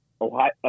Ohio